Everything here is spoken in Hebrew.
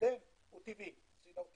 ירדן הוא צינור טבעי,